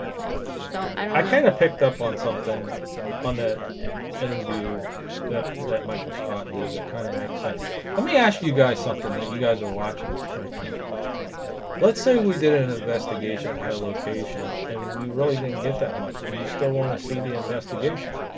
yeah so i kind of picked up on something on that interview that that michael scott did that kind of makes sense let me ask you guys something and that you guys are watching right now let's say we did an investigation i had a location and we really didn't get that much do you still want to see the investigation